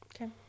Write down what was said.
Okay